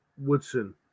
Woodson